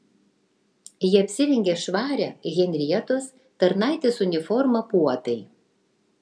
ji apsirengė švarią henrietos tarnaitės uniformą puotai